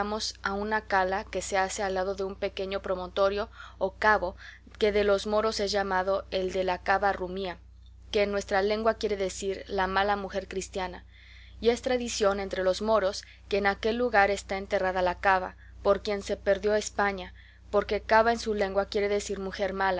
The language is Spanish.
a una cala que se hace al lado de un pequeño promontorio o cabo que de los moros es llamado el de la cava rumía que en nuestra lengua quiere decir la mala mujer cristiana y es tradición entre los moros que en aquel lugar está enterrada la cava por quien se perdió españa porque cava en su lengua quiere decir mujer